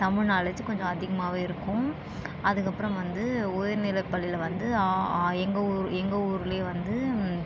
தமிழ் நாலேஜும் கொஞ்சம் அதிகமாகவே இருக்கும் அதுக்கு அப்புறம் வந்து உயர்நிலை பள்ளியில் வந்து அ ஆ எங்கள் ஊர் எங்கள் ஊர்லயே வந்து